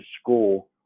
school